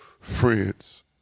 friends